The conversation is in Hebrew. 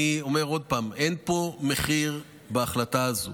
אני אומר עוד פעם: אין מחיר פה בהחלטה הזאת.